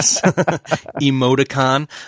Emoticon